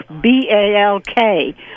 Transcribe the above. B-A-L-K